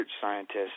scientist